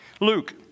luke